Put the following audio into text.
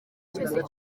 cyose